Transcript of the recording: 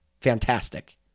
Fantastic